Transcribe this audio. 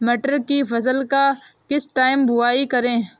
मटर की फसल का किस टाइम बुवाई करें?